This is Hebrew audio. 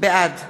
בעד